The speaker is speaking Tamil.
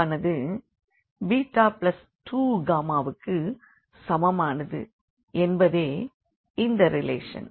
வானது 2 க்குச் சமமானது என்பதே இந்த ரிலேஷன்